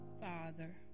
Father